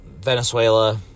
Venezuela